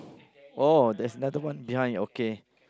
oh there's another one behind your okay